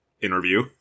interview